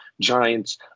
Giants